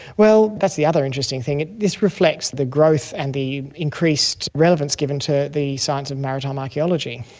well, that's the other interesting thing, this reflects the growth and the increased relevance given to the science of maritime archaeology.